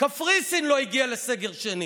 קפריסין לא הגיעה לסגר שני.